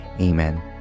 Amen